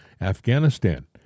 Afghanistan